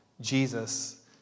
Jesus